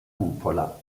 cupola